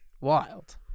Wild